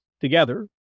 together